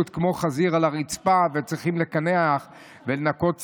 כמו חזיר על הרצפה וצריכים לקנח ולנקות סביבו.